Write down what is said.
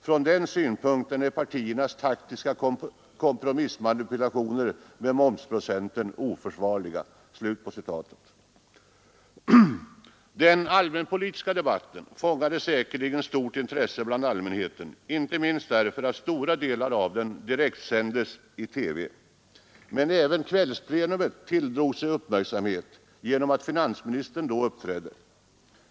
Från den synpunkten är partiernas taktiska kompromissmanipulationer med momsprocenten oförsvarliga.” Den allmänpolitiska debatten fångade säkerligen stort intresse bland allmänheten, inte minst därför att stora delar av den direktsändes i TV. Men även kvällsplenumet tilldrog sig uppmärksamhet genom att finansministern då uppträdde.